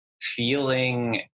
feeling